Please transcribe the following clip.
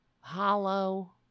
hollow